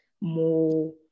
more